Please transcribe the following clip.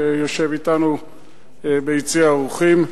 שיושב אתנו ביציע האורחים המכובדים,